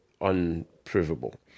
unprovable